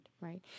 right